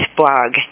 blog